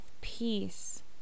peace